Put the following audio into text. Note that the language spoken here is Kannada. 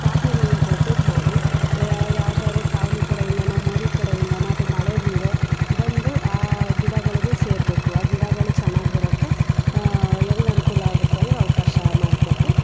ಪಾತಿಗಳನ್ನ ದೊಡ್ಡದು ಮಾಡಿ ಯಾವ್ದಾದ್ರು ಕಾವಲೆ ಕಡೆಯಿಂದಲೋ ಮೋರಿ ಕಡೆಯಿಂದಲೋ ಅಥ್ವಾ ಮಳೆ ನೀರೋ ಬಂದು ಆ ಗಿಡಗಳಿಗೆ ಸೇರಬೇಕು ಆ ಗಿಡಗಳು ಚೆನ್ನಾಗಿ ಬರೋಕೆ ಹೆಂಗೆ ಅನುಕೂಲ ಆಗುತ್ತೋ ಹಂಗೆ ಅವಕಾಶ ಮಾಡಿಕೊಟ್ಟು